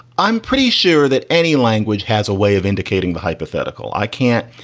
i'm pretty sure that any language has a way of indicating the hypothetical. i can't.